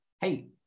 hey